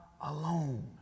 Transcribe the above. alone